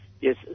Yes